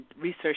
research